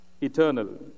eternal